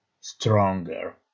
stronger